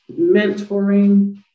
mentoring